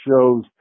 shows